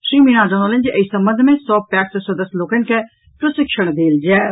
श्री मीणा जनौलनि जे एहि संबंध मे सभ पैक्स सदस्य लोकनि के प्रशिक्षण देल जायत